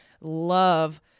love